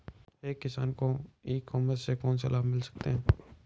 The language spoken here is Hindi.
एक किसान को ई कॉमर्स के कौनसे लाभ मिल सकते हैं?